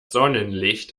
sonnenlicht